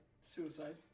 Suicide